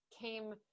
came